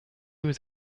was